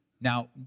Now